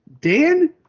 Dan